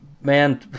Man